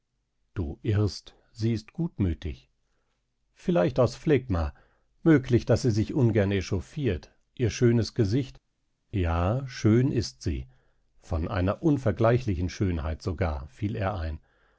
du irrst sie ist gutmütig vielleicht aus phlegma möglich daß sie sich ungern echauffiert ihr schönes gesicht ja schön ist sie von einer unvergleichlichen schönheit sogar fiel er ein